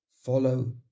Follow